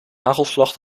hagelslag